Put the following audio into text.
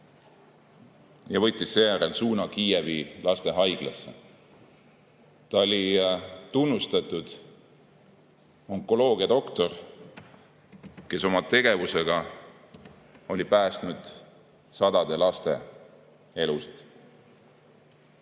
ja võttis seejärel suuna Kiievi lastehaiglasse. Ta oli tunnustatud onkoloogiadoktor, kes oma tegevusega oli päästnud sadade laste elusid.